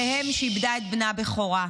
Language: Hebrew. לאם שאיבדה את בנה בכורה.